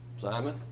Simon